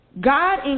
God